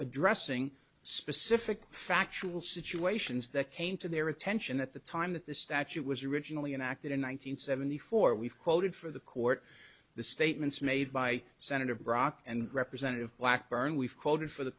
addressing specific factual situations that came to their attention at the time that the statute was originally an act in one nine hundred seventy four we've quoted for the court the statements made by senator brock and representative blackburn we've quoted for the